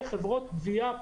וחברות גבייה,